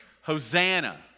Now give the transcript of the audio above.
Hosanna